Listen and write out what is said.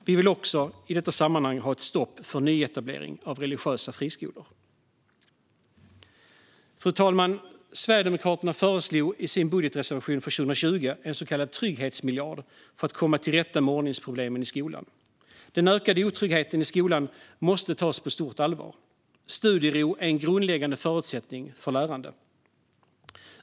Vi vill också ha ett stopp för nyetablering av religiösa friskolor. Sverigedemokraterna föreslog i sin budgetreservation för 2020 en så kallad trygghetsmiljard för att komma till rätta med ordningsproblemen i skolan. Den ökande otryggheten i skolan måste tas på stort allvar. Studiero är en grundläggande förutsättning för lärande.